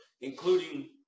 including